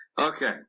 Okay